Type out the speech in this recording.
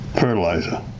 fertilizer